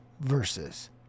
versus